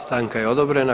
Stanka je odobrena.